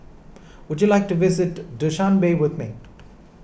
would you like to visit Dushanbe with me